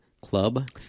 club